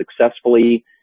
successfully